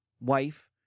wife